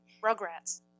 rugrats